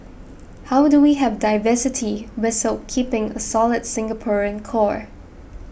how do we have diversity whistle keeping a solid Singaporean core